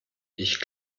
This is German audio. ich